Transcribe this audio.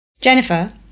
Jennifer